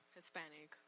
Hispanic